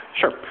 Sure